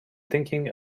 thinking